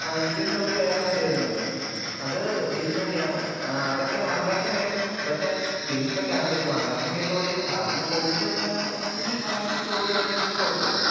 I twenty നമുക്ക് വേറെ വണ്ടി വരുന്നുണ്ട് അത് ഡീസല് വണ്ടിയാണ് അതൊക്കെ വൺ ലാഖിന് മുകളില് പക്ഷേ പക്ഷേ വൺ ലാഖിന് മുകളില് ഓടിയതാണ് സാറിന് ഇപ്പം ഓടിച്ച് പഠിക്കാനാണെങ്കില് ഈ വൺ ലാഖൊക്കെ ഓടിയ വണ്ടി എടുക്കുകയാണെങ്കില് കുഴപ്പമില്ല